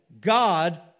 God